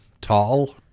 tall